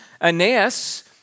Aeneas